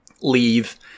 leave